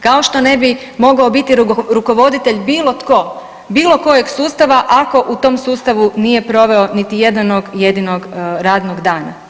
Kao što ne bi mogao biti rukovoditelj bilo tko bilo kojeg sustava ako u tom sustavu nije proveo niti jednog jedinog radnog dana.